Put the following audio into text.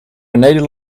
beneden